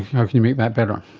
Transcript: how can you make that better?